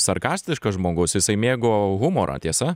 sarkastiškas žmogus jisai mėgo humorą tiesa